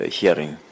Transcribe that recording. hearing